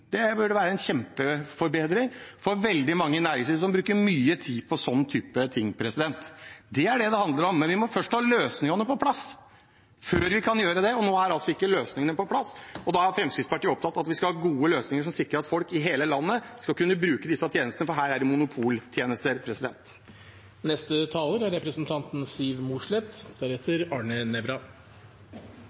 ting. Det er det det handler om, men vi må ha løsningene på plass først, før vi kan gjøre det. Nå er ikke løsningene på plass, og da er Fremskrittspartiet opptatt av å ha gode løsninger som sikrer at folk i hele landet skal kunne bruke disse tjenestene, for her er det monopoltjenester.